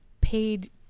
paid